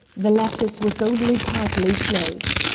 the lattice was only partly closed.